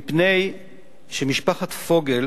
מפני שמשפחת פוגל